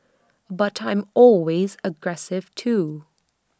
but I'm always aggressive too